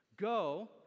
Go